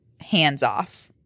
hands-off